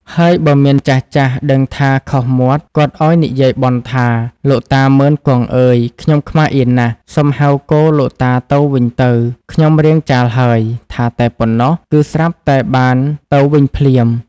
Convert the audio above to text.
ហើយបើមានចាស់ៗដឹងថាខុសមាត់ គាត់ឲ្យនិយាយបន់ថា ‍‍«លោកតា មុឺន-គង់ អើយ ខ្ញុំខ្មាសអៀនណាស់ សុំហៅគោលោកតាទៅវិញទៅ ខ្ញុំរាងចាលហើយ‍‍‍» ថាតែប៉ុណ្ណោះ គឺស្រាប់តែបានទៅវិញភ្លាម។